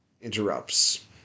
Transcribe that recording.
interrupts